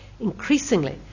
Increasingly